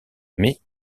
mais